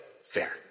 fair